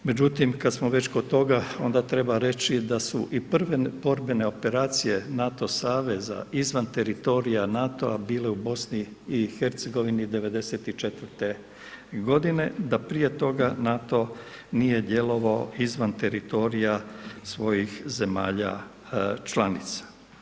Međutim, kad smo već kod toga onda treba reći da su i prve borbene operacije NATO saveza izvan teritorija NATO-a bile u BiH '94. godine, da prije toga NATO nije djelovao izvan teritorija svojih zemalja članica.